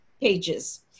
pages